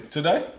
Today